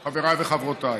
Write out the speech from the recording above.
חבריי וחברותיי,